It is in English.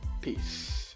Peace